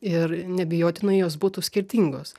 ir neabejotinai jos būtų skirtingos